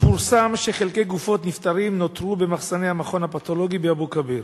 פורסם שחלקי גופות נפטרים נותרו במחסני המכון הפתולוגי באבו-כביר